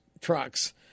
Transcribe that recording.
trucks